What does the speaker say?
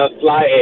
fly